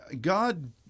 God